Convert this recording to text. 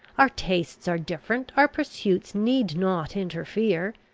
our tastes are different our pursuits need not interfere.